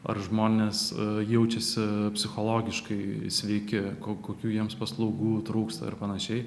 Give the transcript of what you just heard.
ar žmonės jaučiasi psichologiškai sveiki ko kokių jiems paslaugų trūksta ir panašiai